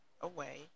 away